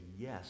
yes